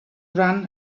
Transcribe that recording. run